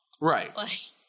Right